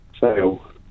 Sale